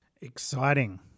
Exciting